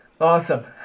Awesome